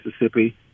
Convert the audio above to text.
Mississippi